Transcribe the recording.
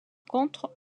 contre